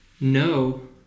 no